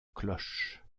cloche